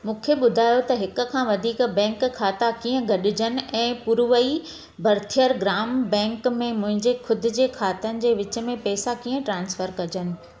मुखे ॿुधायो त हिक खां वधीक बैंक खाता कीअं गॾिजनि ऐं पुरुवई भरथिअर ग्राम बैंक में मुंहिंजे ख़ुद जे खातनि जे विच में पैसा कीअं ट्रान्सफर कजनि